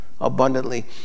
abundantly